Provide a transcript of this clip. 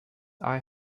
eye